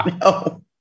No